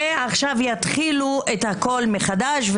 ועכשיו יתחילו הכול מחדש,